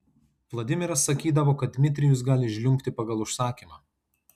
vladimiras sakydavo kad dmitrijus gali žliumbti pagal užsakymą